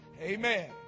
Amen